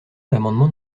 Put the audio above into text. l’amendement